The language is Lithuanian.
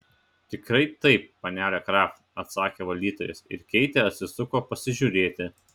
tikrai taip panele kraft atsakė valdytojas ir keitė atsisuko pasižiūrėti